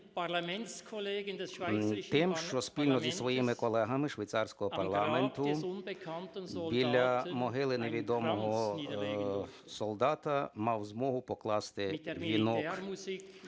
тим, що, спільно зі своїми колегами швейцарського парламенту, біля могили невідомого солдата мав змогу покласти вінок